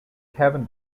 kevin